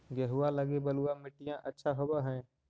गेहुआ लगी बलुआ मिट्टियां अच्छा होव हैं?